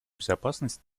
безопасность